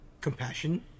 compassion